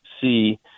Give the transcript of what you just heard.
see